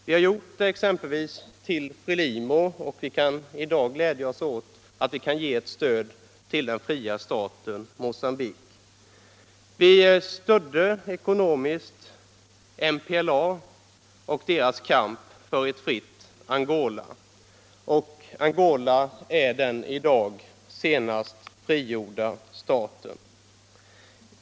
Vi har gjort det exempelvis till Frelimo och vi kan i dag glädja oss åt att vi kan ge ett stöd till den fria staten Mogambique. Vi stödde ckonomiskt MPLA och dess kamp för ett fritt Angola, och Angola är den i dag senast frigjorda staten.